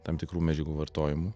tam tikrų medžiagų vartojimu